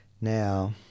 Now